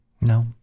No